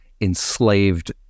enslaved